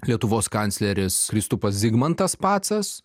lietuvos kancleris kristupas zigmantas pacas